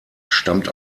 stammt